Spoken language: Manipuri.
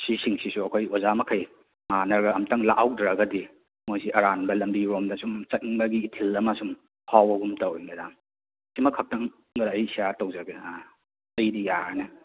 ꯁꯤ ꯁꯤꯡꯁꯤꯁꯨ ꯑꯩꯈꯣꯏ ꯑꯣꯖꯥ ꯃꯈꯩ ꯃꯥꯟꯅꯔꯒ ꯑꯃꯨꯛꯇꯪ ꯂꯥꯛꯍꯧꯗ꯭ꯔꯒꯗꯤ ꯃꯣꯏꯁꯤ ꯑꯔꯥꯟꯕ ꯂꯝꯕꯤꯔꯣꯝꯗ ꯁꯨꯝ ꯆꯠꯅꯤꯡꯕꯒꯤ ꯏꯊꯤꯜ ꯑꯃ ꯁꯨꯝ ꯐꯥꯎꯕꯒꯨꯝ ꯌꯧꯋꯤ ꯃꯦꯗꯥꯝ ꯁꯤꯃ ꯈꯛꯇꯪꯒ ꯑꯩ ꯁꯤꯌꯥꯔ ꯇꯧꯖꯒꯦ ꯑꯥ ꯑꯇꯩꯗꯤ ꯌꯥꯔꯅꯤ